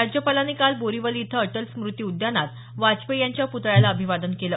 राज्यपालांनी काल बोरीवली इथं अटल स्मूती उद्यानात वाजपेयी यांच्या पुतळ्याला अभिवादन केलं